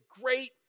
great